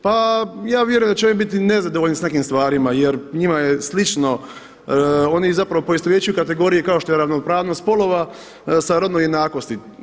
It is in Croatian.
Pa ja vjerujem da će oni biti nezadovoljni s nekim stvarima jer njima je slično, oni zapravo poistovjećuju kategorije kao što je ravnopravnost spolova sa rodnom jednakosti.